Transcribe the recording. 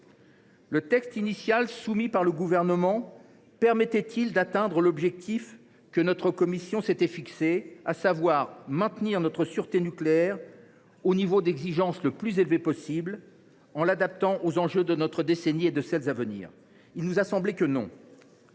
Le texte initial du Gouvernement permettait il d’atteindre l’objectif que notre commission s’était fixé, à savoir le maintien de notre sûreté nucléaire au niveau d’exigence le plus élevé possible, en l’adaptant aux enjeux de notre décennie et de celles à venir ?